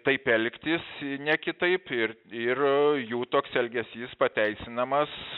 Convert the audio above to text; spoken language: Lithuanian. taip elgtis ne kitaip ir ir jų toks elgesys pateisinamas